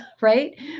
right